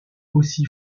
aussi